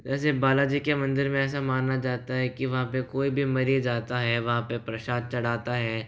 जैसे बालाजी के मंदिर में ऐसा माना जाता है कि वहाँ पर कोई भी मरीज़ आता है वहाँ पर प्रसाद चढ़ाता है